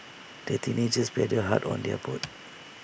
the teenagers paddled hard on their boat